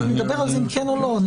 נדבר על זה, אם כן או לא.